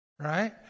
Right